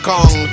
Kong